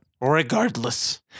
Regardless